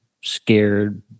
scared